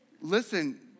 Listen